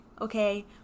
okay